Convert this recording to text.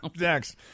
next